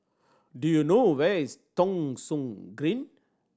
do you know where is Thong Soon Green